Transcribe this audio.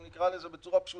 אם נקרא לזה בצורה פשוטה,